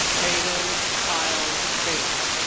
paden kyle fink.